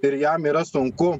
ir jam yra sunku